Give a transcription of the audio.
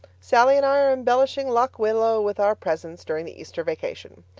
sallie and i are embellishing lock willow with our presence during the easter vacation.